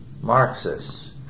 Marxists